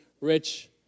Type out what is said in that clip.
rich